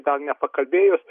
dar nepakalbėjus